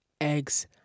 eggs